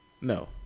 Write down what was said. No